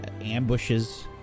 ambushes